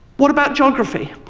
what about geography?